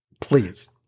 please